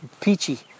peachy